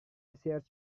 research